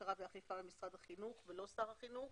בקרה ואכיפה במשרד החינוך ולא שר החינוך.